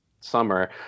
summer